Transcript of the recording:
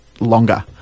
Longer